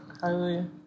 Hallelujah